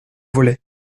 volets